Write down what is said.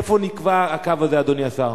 איפה נקבע הקו הזה, אדוני השר?